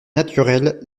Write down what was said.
naturels